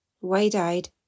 Wide-eyed